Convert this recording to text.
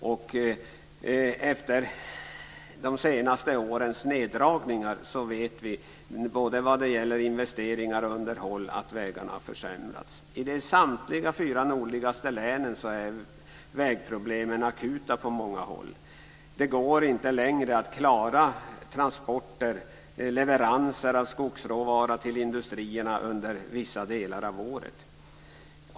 Efter de senaste årens neddragningar vet vi att vägarna försämrats både vad gäller investeringar och underhåll. I samtliga de fyra nordligaste länen är vägproblemen akuta på många håll. Det går inte längre att klara transporter och leveranser av skogsråvara till industrierna under vissa delar av året.